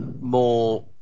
more